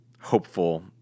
hopeful